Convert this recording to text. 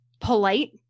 polite